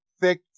thick